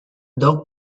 dog